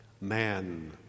man